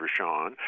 Rashawn